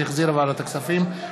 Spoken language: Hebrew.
שהחזירה ועדת הכספים,